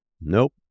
Nope